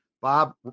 bob